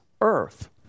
earth